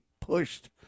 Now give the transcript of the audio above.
pushed